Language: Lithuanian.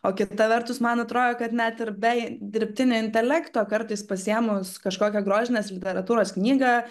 o kita vertus man atrodo kad net ir be dirbtinio intelekto kartais pasiėmus kažkokią grožinės literatūros knygą